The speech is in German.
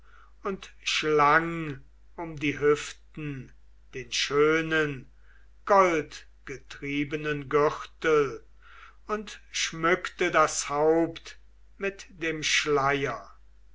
und schlang um die hüfte den schönen goldgetriebenen gürtel und schmückte das haupt mit dem schleier